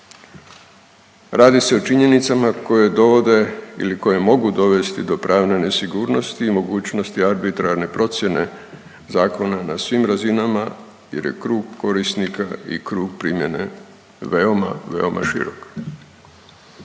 Radi se o činjenicama koje dovode ili mogu dovesti do pravne nesigurnosti i mogućnosti arbitrarne procjene zakona na svim razinama jer je krug korisnika i krug primjene veoma, veoma širok.